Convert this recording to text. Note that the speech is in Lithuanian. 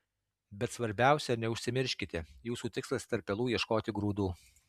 bet svarbiausia neužsimirškite jūsų tikslas tarp pelų ieškot grūdų